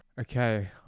okay